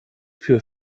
für